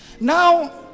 Now